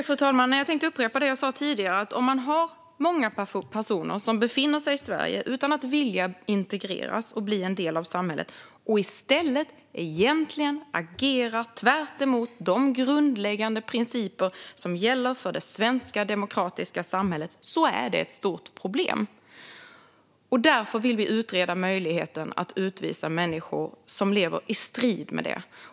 Fru talman! Jag tänker upprepa det jag sa tidigare: Om många personer befinner sig i Sverige utan att vilja integreras och bli del av samhället och i stället agerar tvärtemot de grundläggande principer som gäller för det svenska demokratiska samhället är det ett stort problem. Därför vill vi utreda möjligheten att utvisa människor som lever i strid med dem.